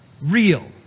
real